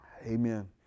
Amen